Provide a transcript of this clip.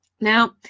Now